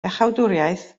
iachawdwriaeth